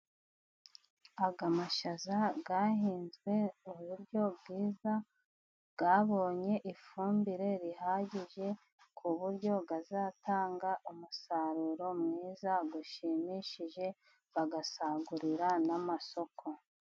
Aya mashaza yahinzwe mu buryo bwiza, yabonye ifumbire ihagije, ku buryo azatanga umusaruro mwiza ushimishije, bagasagurira n'amasoko.